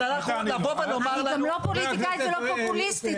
אני גם לא פוליטיקאית, זה לא פופוליסטית.